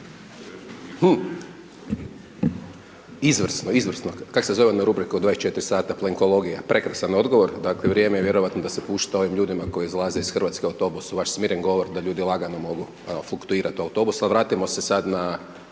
Izvrsno, izvrsno, kako se zove ona rubrika u 24 Sata, Plenkologija, prekrasan odgovor, dakle, vrijeme je vjerojatno da se pušta ovim ljudima koji izlaze iz RH autobusom, vaš smiren govor, da ljudi lagano mogu, evo fluktuirati autobusa.